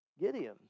Gideon